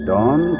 Dawn